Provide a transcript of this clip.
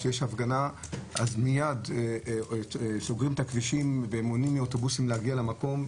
כשיש הפגנה אז מיד סוגרים את הכבישים ומונעים מאוטובוסים להגיע למקום,